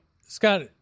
Scott